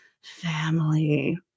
family